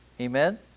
amen